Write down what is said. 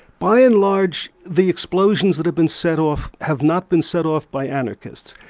by and large the explosions that have been set off have not been set off by anarchists.